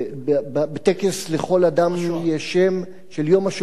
בטקס "לכל איש יש שם", של יום השואה,